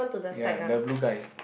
ya the blue guy